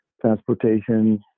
transportation